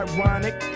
Ironic